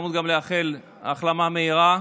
וזו ההזדמנות גם לאחל החלמה מהירה,